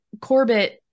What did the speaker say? Corbett